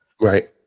Right